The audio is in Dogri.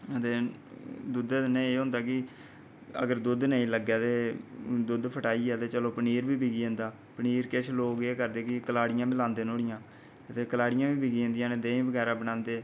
ते दुद्धै कन्नै एह् होंदा ऐ कि अगर दुद्ध नेईं लग्गै ते दुद्ध फटाइयै पनीर बी लग्गी जंदा पनीर किश लोक केह् करदे कि कलाड़ियां बी लांदे लोक ओह्दी ते कलाड़ियां बी बिकी जंदिया न देही बगैरा बी